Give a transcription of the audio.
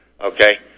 Okay